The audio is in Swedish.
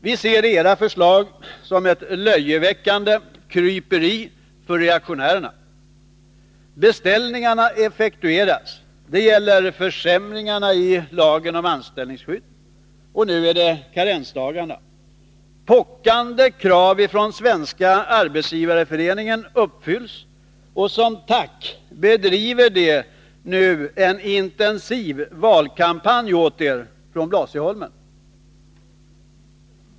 Vi ser era förslag som ett löjeväckande kryperi för reaktionärerna. Beställningarna effektueras. Det gäller försämringarna i lagen om anställningsskydd, och nu är det karensdagarna. Pockande krav från Svenska arbetsgivareföreningen uppfylls, och som tack bedriver man nu en intensiv valkampanj åt er från Blasieholmen.